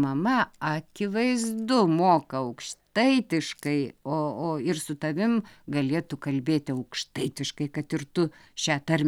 mama akivaizdu moka aukštaitiškai o o ir su tavim galėtų kalbėti aukštaitiškai kad ir tu šią tarmę